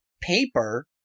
paper